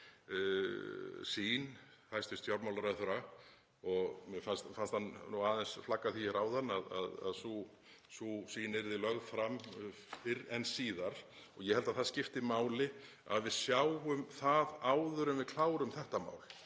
að heyra sýn hæstv. fjármálaráðherra, og mér fannst hann aðeins flagga því hér áðan að sú sýn yrði lögð fram fyrr en síðar. Ég held að það skipti máli að við sjáum það áður en við klárum þetta mál